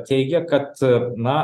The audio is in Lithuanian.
teigė kad na